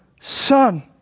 Son